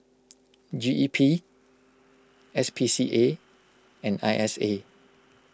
G E P S P C A and I S A